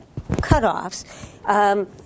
cutoffs